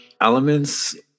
elements